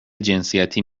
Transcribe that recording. جنسیتی